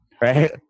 right